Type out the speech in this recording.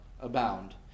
abound